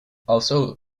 also